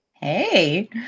Hey